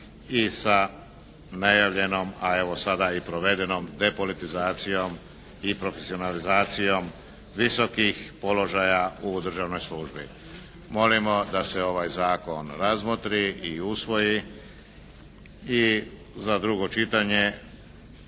i sa najavljenom a evo sada i provedenom depolitizacijom i profesionalizacijom visokih položaja u državnoj službi. Molimo da se ovaj zakon razmotri i usvoji i za drugo čitanje